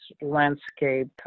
landscape